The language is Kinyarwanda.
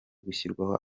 gushyirwaho